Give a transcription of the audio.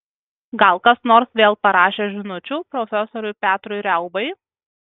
gal kas nors vėl parašė žinučių profesoriui petrui riaubai